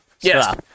Yes